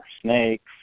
snakes